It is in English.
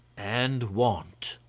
and want.